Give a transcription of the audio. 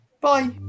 bye